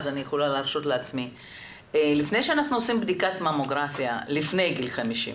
לפני שאנחנו עושים בדיקת ממוגרפיה, לפני גיל 50,